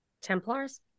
Templars